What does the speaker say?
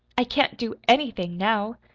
i can't do anything, now.